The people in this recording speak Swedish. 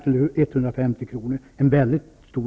till 150 kr.